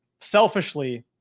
selfishly